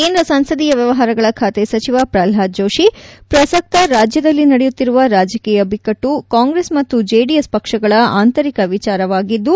ಕೇಂದ್ರ ಸಂಸದೀಯ ವ್ಯವಹಾರಗಳ ಖಾತೆ ಸಚಿವ ಪ್ರಲ್ಡಾದ ಜೋಶಿ ಪ್ರಸಕ್ತ ರಾಜ್ಯದಲ್ಲಿ ನಡೆಯುತ್ತಿರುವ ರಾಜಕೀಯ ಬಿಕ್ಕಟ್ಟು ಕಾಂಗ್ರೆಸ್ ಮತ್ತು ಜೆಡಿಎಸ್ ಪಕ್ಷಗಳ ಆಂತರಿಕ ವಿಚಾರವಾಗಿದ್ದು